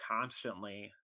constantly